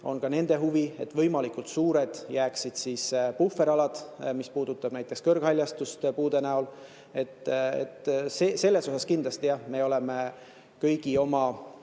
on ka nende huvi, et jääksid võimalikult suured puhveralad, mis puudutab näiteks kõrghaljastust puude näol. Selles osas kindlasti me oleme jah kõigi oma